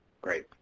Great